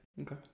Okay